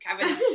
Kevin